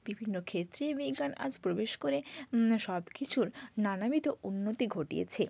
বিভিন্ন ক্ষেত্রে বিজ্ঞান আজ প্রবেশ করে সব কিছুর নানাবিধ উন্নতি ঘটিয়েছে